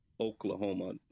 oklahoma